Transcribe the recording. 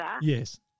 Yes